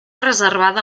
reservada